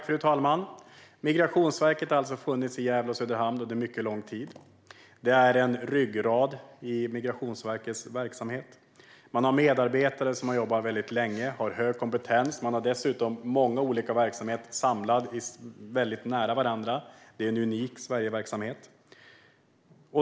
Fru talman! Migrationsverket har alltså under mycket lång tid funnits i Gävle och Söderhamn, som är en ryggrad i Migrationsverkets verksamhet. Man har medarbetare som har jobbat väldigt länge och har hög kompetens. Man har dessutom många olika verksamheter samlade nära varandra - det är en unik Sverigeverksamhet.